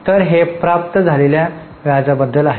तर हे प्राप्त झालेल्या व्याज बद्दल आहे